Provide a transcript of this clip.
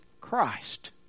Christ